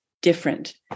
different